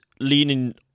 leaning